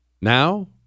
Now